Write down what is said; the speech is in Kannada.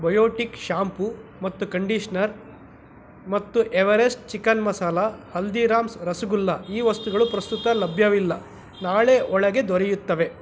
ಬಯೋಟಿಕ್ ಶಾಂಪು ಮತ್ತು ಕಂಡೀಷ್ನರ್ ಮತ್ತು ಎವರೆಸ್ಟ್ ಚಿಕನ್ ಮಸಾಲಾ ಹಲ್ದಿರಾಮ್ಸ್ ರಸಗುಲ್ಲ ಈ ವಸ್ತುಗಳು ಪ್ರಸ್ತುತ ಲಭ್ಯವಿಲ್ಲ ನಾಳೆ ಒಳಗೆ ದೊರೆಯುತ್ತವೆ